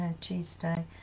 Tuesday